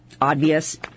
obvious